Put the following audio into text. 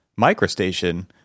MicroStation